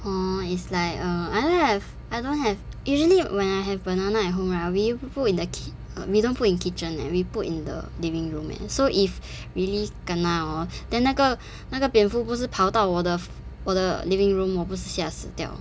hor it's like err I don't have I don't have usually when I have banana at home right we put in the kit~ we don't put in kitchen eh we put in the living room eh so if we really kena hor then 那个那个蝙蝠不是跑到我的 f~ 我的 living room 我不是吓死掉